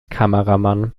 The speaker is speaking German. kameramann